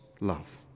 love